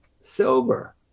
silver